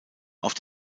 auf